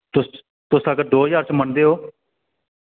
तुस तुस अगर दो ज्हार च मनदे ओ